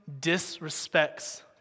disrespects